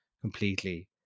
completely